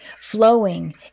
flowing